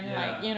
ya